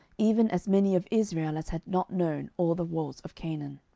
even as many of israel as had not known all the wars of canaan